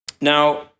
Now